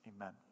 Amen